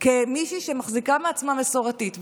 כמישהי שמחזיקה מעצמה מסורתית,